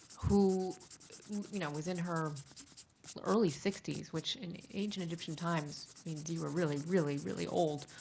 who you know was in her early sixty which in ancient egyptian times means you were really, really, really old.